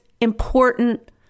important